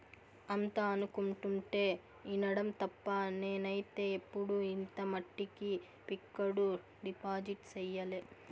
అంతా అనుకుంటుంటే ఇనడం తప్ప నేనైతే ఎప్పుడు ఇంత మట్టికి ఫిక్కడు డిపాజిట్ సెయ్యలే